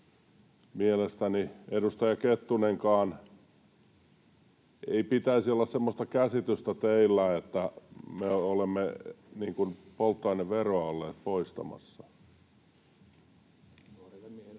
Mielestäni, edustaja Kettunen, ei pitäisi olla semmoista käsitystä teilläkään, että me olemme polttoaineveroa olleet poistamassa.